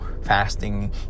fasting